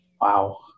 Wow